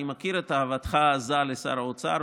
אני מכיר את אהבתך העזה לשר האוצר,